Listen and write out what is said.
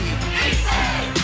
Easy